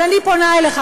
אבל אני פונה אליך,